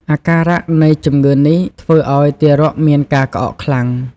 អាការៈនៃជម្ងឺនេះធ្វើឱ្យទារកមានការក្អកខ្លាំង។